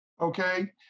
okay